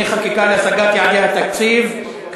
חקיקה להשגת יעדי התקציב לשנים 2013 ו-2014) (תיקון),